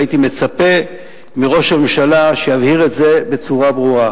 והייתי מצפה מראש הממשלה שיבהיר את זה בצורה ברורה.